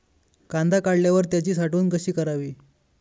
कांदा काढल्यावर त्याची साठवण कशी करावी?